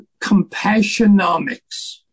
Compassionomics